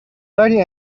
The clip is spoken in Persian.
داری